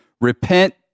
repent